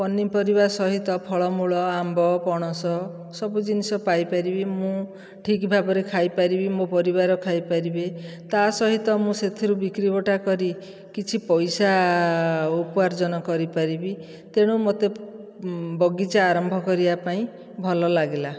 ପନିପରିବା ସହିତ ଫଳମୂଳ ଆମ୍ବ ପଣସ ସବୁ ଜିନିଷ ପାଇ ପାରିବି ମୁଁ ଠିକ ଭାବରେ ଖାଇପାରିବି ମୋ ପରିବାର ଖାଇପାରିବେ ତା' ସହିତ ମୁଁ ସେଥିରୁ ବିକ୍ରି ବଟା କରି କିଛି ପଇସା ଉପାର୍ଜନ କରିପାରିବି ତେଣୁ ମୋତେ ବଗିଚା ଆରମ୍ଭ କରିବାପାଇଁ ଭଲ ଲାଗିଲା